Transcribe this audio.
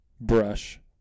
brush